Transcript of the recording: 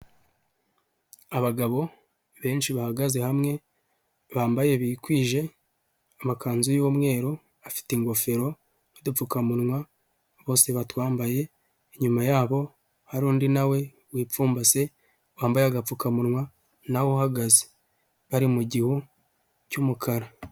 Abagabo benshi bahagaze hamwe bambaye bikwije amakanzu y'umweru afite ingofero n'udupfukamunwa bose batwambaye, inyuma yabo hari undi nawe wipfumbase wambaye agapfukamunwa nawe uhagaze bari mu gihu cy'umukara.